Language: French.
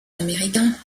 américains